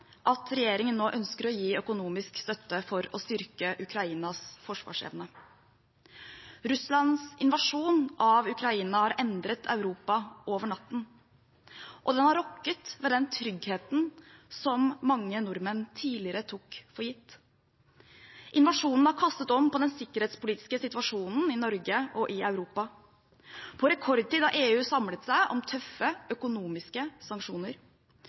at regjeringen nå ønsker å gi økonomisk støtte for å styrke Ukrainas forsvarsevne. Russlands invasjon av Ukraina har endret Europa over natten, og den har rokket ved den tryggheten som mange nordmenn tidligere tok for gitt. Invasjonen har kastet om på den sikkerhetspolitiske situasjonen i Norge og i Europa. På rekordtid har EU samlet seg om tøffe økonomiske sanksjoner.